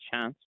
chance